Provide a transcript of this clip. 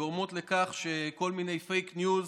גורמות לכך שכל מיני פייק ניוז